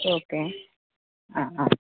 okay ആ ആ